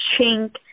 chink